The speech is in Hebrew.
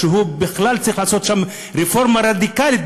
ובכלל צריך לעשות שם רפורמה רדיקלית,